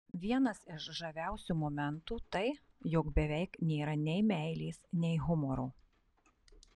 vienas iš žaviausių momentų tai jog beveik nėra nei meilės nei humoro